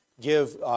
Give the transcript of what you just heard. give